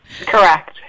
Correct